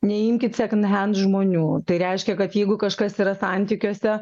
neimkit secondhand žmonių tai reiškia kad jeigu kažkas yra santykiuose